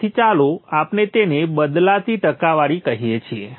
તેથી ચાલો આપણે તેને બદલાતી ટકાવારી કહીએ છીએ